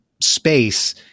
space